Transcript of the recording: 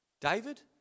David